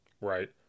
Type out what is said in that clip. Right